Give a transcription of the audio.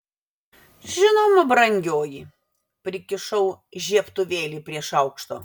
žinoma brangioji prikišau žiebtuvėlį prie šaukšto